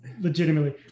Legitimately